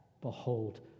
Behold